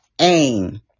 AIM